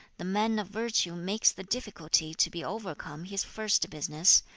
the man of virtue makes the difficulty to be overcome his first business,